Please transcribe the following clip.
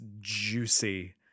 juicy